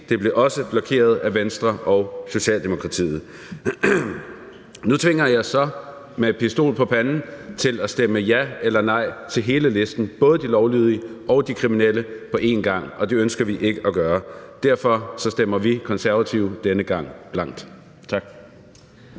Det blev også blokeret af Venstre og Socialdemokratiet. Nu tvinger I os så med pistol for panden til at stemme ja eller nej til hele listen, både de lovlydige og de kriminelle på én gang, og det ønsker vi ikke at gøre. Derfor stemmer vi Konservative denne gang blankt. Kl.